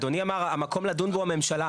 אדוני אמר שהמקום לדון בו הוא הממשלה,